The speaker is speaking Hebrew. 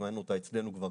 הטמענו אותה אצלנו כבר,